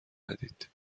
ندید